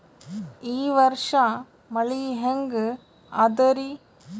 ಈ ವರ್ಷ ಮಳಿ ಹೆಂಗ ಅದಾರಿ?